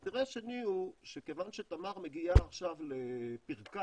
אינטרס שני הוא שכיוון שתמר מגיעה עכשיו לפרקה,